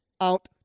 out